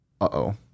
uh-oh